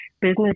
business